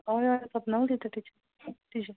हय हय सपना उलयतां टिच टिच